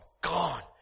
gone